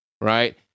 right